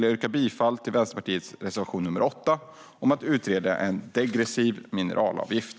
Jag yrkar bifall till Vänsterpartiets reservation 8 om att utreda en degressiv mineralavgift.